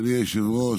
אדוני היושב-ראש,